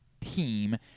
team